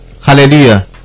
hallelujah